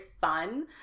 fun